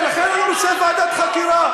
ולכן אני רוצה ועדת חקירה.